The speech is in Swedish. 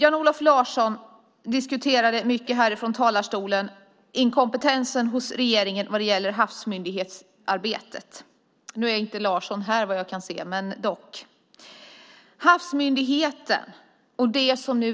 Jan-Olof Larsson diskuterade här i talarstolen inkompetensen hos regeringen när det gäller arbetet med en havsmyndighet. Nu är inte Larsson här vad jag kan se. Nu kommer